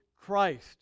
Christ